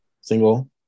single